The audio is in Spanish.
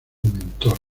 mentor